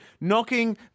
knocking